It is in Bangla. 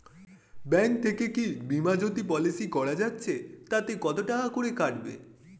ব্যাঙ্ক থেকে কী বিমাজোতি পলিসি করা যাচ্ছে তাতে কত করে কাটবে?